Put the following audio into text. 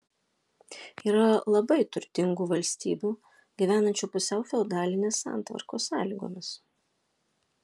yra labai turtingų valstybių gyvenančių pusiau feodalinės santvarkos sąlygomis